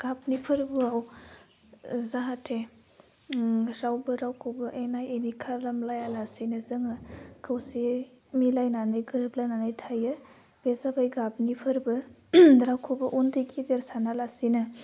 गाबनि फोरबोआव जाहाथे उम रावबो रावखौबो एना एनि खालामलायालासेनो जोङो खौसेयै मिलायनानै गोरोबलायनानै थायो बे जाबाय गाबनि फोरबो रावखौबो उन्दै गेदेर साना लासिनो